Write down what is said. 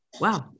Wow